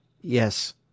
Yes